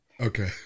Okay